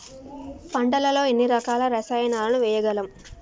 పంటలలో ఎన్ని రకాల రసాయనాలను వేయగలము?